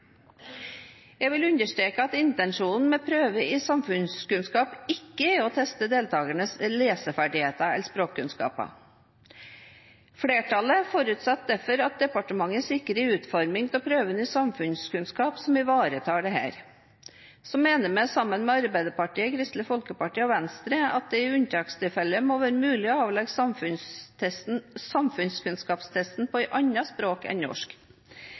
Jeg vil understreke at intensjonen med prøven i samfunnskunnskap ikke er å teste deltakernes leseferdigheter eller språkkunnskaper. Flertallet forutsetter derfor at departementet sikrer en utforming av prøven i samfunnskunnskap som ivaretar dette. Så mener vi, sammen med Arbeiderpartiet, Kristelig Folkeparti og Venstre, at det i unntakstilfeller må være mulig å avlegge samfunnskunnskapstesten på et annet språk enn norsk.